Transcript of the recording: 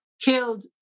killed